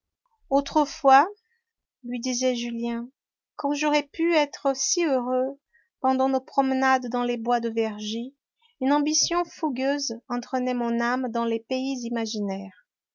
autrefois lui disait julien quand j'aurais pu être si heureux pendant nos promenades dans les bois de vergy une ambition fougueuse entraînait mon âme dans les pays imaginaires